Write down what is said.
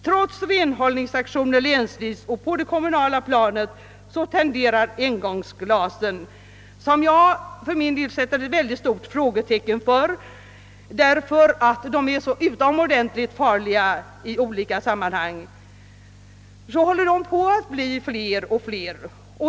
Trots renhållningsaktioner länsvis och på det kommunala planet tenderar engångsglasen — som jag för min del sätter ett mycket stort frågetecken för, därför att de är så utomordentligt farliga i olika sammanhang att bli fler och fler.